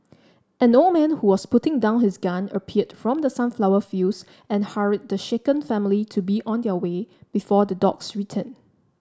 an old man who was putting down his gun appeared from the sunflower fields and hurried the shaken family to be on their way before the dogs return